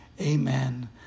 amen